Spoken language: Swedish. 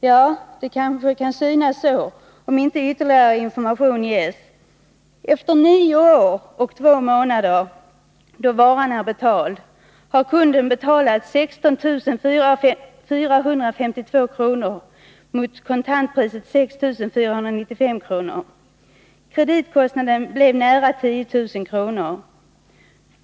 Ja, det kanske kan synas så, om inte ytterligare information ges. Efter nio år och två månader, då varan är betald, har kunden betalat 16 452 kr. mot kontantpriset 6495 kr. Kreditkostnaden blev nära 10000 kr.